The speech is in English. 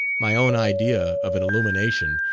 my own idea of an illumination,